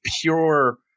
pure